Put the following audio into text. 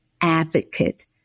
advocate